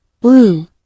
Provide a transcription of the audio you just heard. Blue